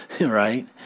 right